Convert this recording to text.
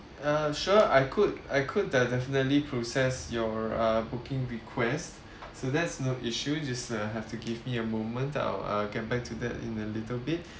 uh sure I could I could uh definitely process your uh booking request so that's no issue just uh have to give me a moment I'll uh get back to that in a little bit